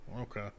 okay